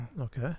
Okay